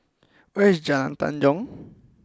where is Jalan Tanjong